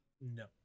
No